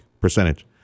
percentage